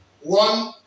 one